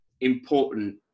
important